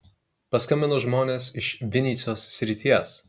paskambino žmonės iš vinycios srities